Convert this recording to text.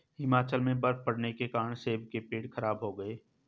हिमाचल में बर्फ़ पड़ने के कारण सेब के पेड़ खराब हो गए